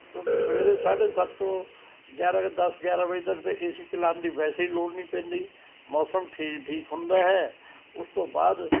ਕਿਉਂਕਿ ਸਵੇਰੇ ਸਾਢੇ ਸੱਤ ਤੋਂ ਗਿਆਰਾਂ ਕੁ ਦਸ ਗਿਆਰਾਂ ਵਜੇ ਤੱਕ ਤਾਂ ਏ ਸੀ ਚਲਾਉਣ ਦੀ ਵੈਸੇ ਹੀ ਲੋੜ ਨਹੀਂ ਪੈਂਦੀ ਮੌਸਮ ਠੀਕ ਠੀਕ ਹੁੰਦਾ ਹੈ ਉਸ ਤੋਂ ਬਾਅਦ